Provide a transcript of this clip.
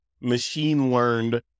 machine-learned